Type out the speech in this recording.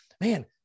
man